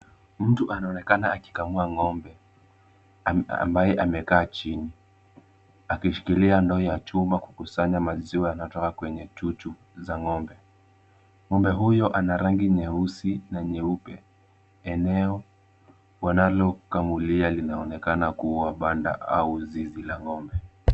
Mtu anaonekana akikamua ng'ombe ambaye amekaa chini, akishikilia ndoo ya chuma kukusanya maziwa yanayotoka kwenye chuchu za ng'ombe.Ng'ombe huyo ana rangi nyeusi na nyeupe. Eneo wanalokamulia linaonekana kuwa banda au zizi la ng'ombe.